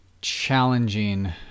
challenging